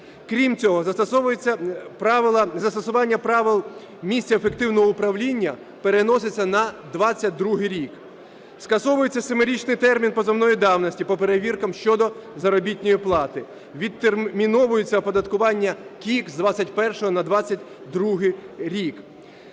правила… застосування правил місць ефективного управління переноситься на 22-й рік. Скасовується 7-річний термін позовної давності по перевіркам щодо заробітної плати. Відтерміновується оподаткування КІК з 21-го на 22-й рік.